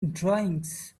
drawings